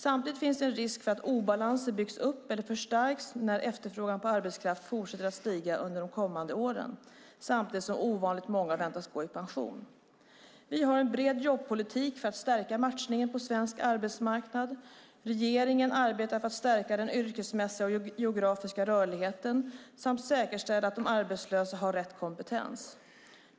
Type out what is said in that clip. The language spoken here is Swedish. Samtidigt finns det en risk för att obalanser byggs upp eller förstärks när efterfrågan på arbetskraft fortsätter att stiga under de kommande åren samtidigt som ovanligt många väntas gå i pension. Vi har en bred jobbpolitik för att stärka matchningen på svensk arbetsmarknad. Regeringen arbetar för att stärka den yrkesmässiga och geografiska rörligheten samt säkerställa att de arbetslösa har rätt kompetens.